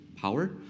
Power